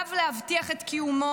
חייב להבטיח את קיומו